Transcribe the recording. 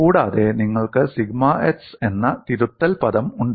കൂടാതെ നിങ്ങൾക്ക് sigma x എന്ന തിരുത്തൽ പദം ഉണ്ട്